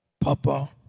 Papa